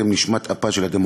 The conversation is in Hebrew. הן נשמת אפה של הדמוקרטיה,